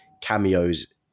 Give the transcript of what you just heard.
cameos